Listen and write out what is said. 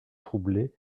troublée